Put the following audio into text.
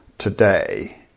today